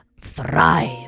thrive